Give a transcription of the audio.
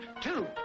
two